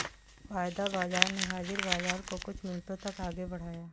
वायदा बाजार ने हाजिर बाजार को कुछ मिनटों तक आगे बढ़ाया